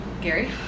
Gary